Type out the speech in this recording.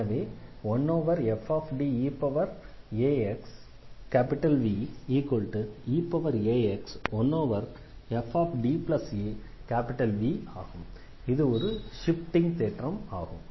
எனவே 1fDeaxVeax1fDaV இது ஒரு ஷிஃப்டிங் தேற்றம் ஆகும்